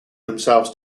themselves